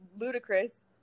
ludicrous